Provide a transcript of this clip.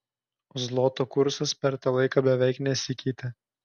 zloto kursas per tą laiką beveik nesikeitė